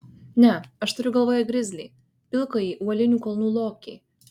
ne aš turiu galvoje grizlį pilkąjį uolinių kalnų lokį